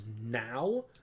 now